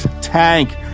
tank